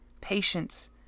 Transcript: patience